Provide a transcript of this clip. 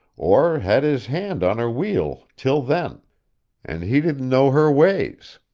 or had his hand on her wheel till then and he didn't know her ways.